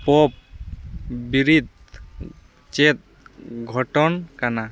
pop ᱵᱤᱨᱤᱫ ᱪᱮᱫ ᱜᱷᱚᱴᱚᱱ ᱠᱟᱱᱟ